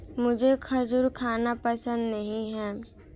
मुझें खजूर खाना पसंद नहीं है